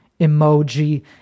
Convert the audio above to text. emoji